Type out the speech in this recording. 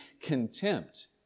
contempt